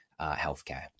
healthcare